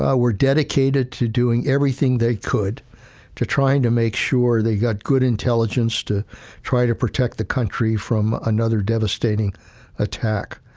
ah were dedicated to doing everything they could to try and to make sure they got good intelligence to try to protect the country from another devastating attack.